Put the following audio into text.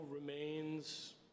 remains